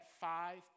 five